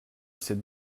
ces